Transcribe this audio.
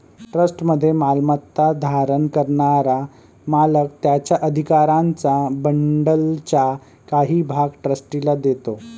ट्रस्टमध्ये मालमत्ता धारण करणारा मालक त्याच्या अधिकारांच्या बंडलचा काही भाग ट्रस्टीला देतो